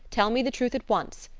tell me the truth at once.